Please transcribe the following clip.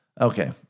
Okay